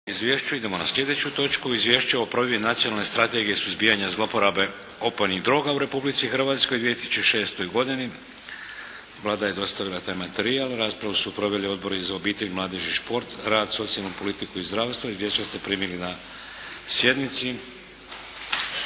(HDZ)** Idemo na sljedeću točku. - Izvjšće o provedbi Nacionalne strategije suzbijanja zloporabe opojnih droga u Republici Hrvatskoj u 2006. godini Vlada je dostavila taj materijal. Raspravu su proveli Odbori za obitelj, mladež i šport, rad, socijalnu politiku i zdravstvo. Izvješća ste primili na sjednici.